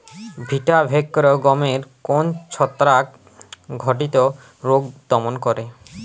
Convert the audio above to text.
Vitavax গমের কোন ছত্রাক ঘটিত রোগ দমন করে?